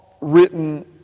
written